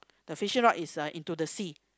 the fishing rod is a into the sea